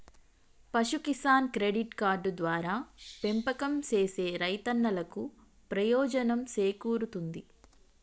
పశు Kisan credit card ద్వారా పెంపకం సేసే రైతన్నలకు ప్రయోజనం సేకూరుతుంది